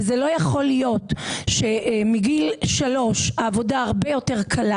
זה לא יכול להיות שמגיל שלוש העבודה הרבה יותר קלה